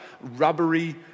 rubbery